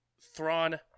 Thrawn